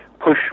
push